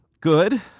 good